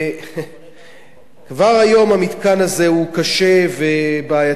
וכבר היום המתקן הזה הוא קשה ובעייתי מאוד.